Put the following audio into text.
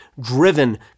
driven